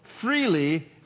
freely